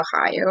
Ohio